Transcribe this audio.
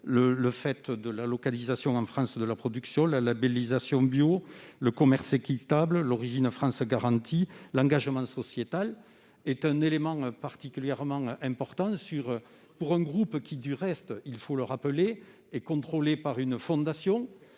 s'agisse de la localisation en France de la production, de la labellisation bio, du commerce équitable, ou de la certification Origine France Garantie. L'engagement sociétal est un élément particulièrement important pour ce groupe qui- il faut le rappeler -est contrôlé par une fondation.